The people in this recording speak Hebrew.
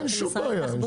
אין שום בעיה.